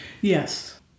Yes